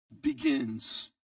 begins